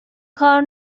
کار